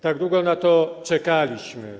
Tak długo na to czekaliśmy.